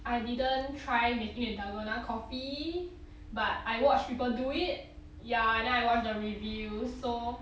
I didn't try making the dalgona coffee but I watch people do it ya then I watch the review so